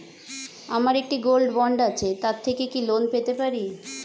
আমার একটি gold bond আছে তার থেকে কি লোন পেতে পারি?